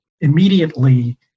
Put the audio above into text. immediately